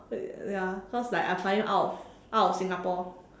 ya cause like I finally out out of Singapore